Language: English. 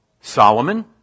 Solomon